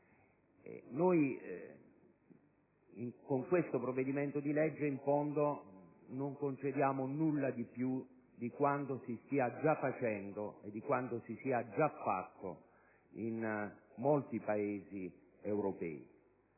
Noi, con questo provvedimento di legge, in fondo non concediamo nulla di più di quanto si stia già facendo e di quanto si sia già fatto in molti Paesi europei.